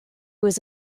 was